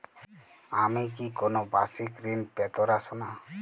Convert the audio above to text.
আমি কি কোন বাষিক ঋন পেতরাশুনা?